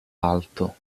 alto